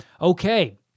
okay